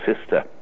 sister